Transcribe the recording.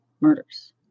murders